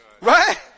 Right